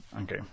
Okay